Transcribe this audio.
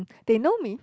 they know me